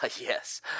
Yes